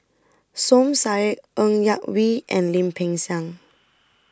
Som Said Ng Yak Whee and Lim Peng Siang